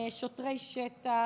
שוטרי שטח,